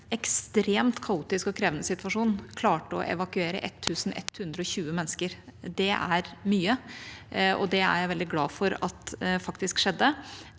en ekstremt kaotisk og krevende situasjon klarte å evakuere 1 120 mennesker. Det er mange, og det er jeg veldig glad for at faktisk skjedde.